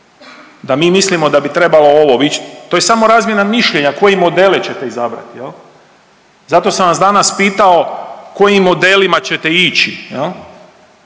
da mi mislimo da bi trebalo ovo ići. To je samo razmjena mišljenja koje modele ćete izabrati. Zato sam vas danas pitao kojim modelima ćete ići?